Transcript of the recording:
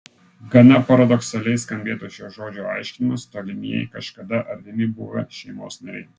gana paradoksaliai skambėtų šio žodžio aiškinimas tolimieji kažkada artimi buvę šeimos nariai